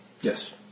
Yes